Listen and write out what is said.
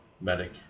medic